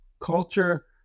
Culture